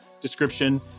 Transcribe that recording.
description